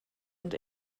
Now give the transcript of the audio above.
und